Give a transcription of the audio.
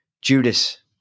Judas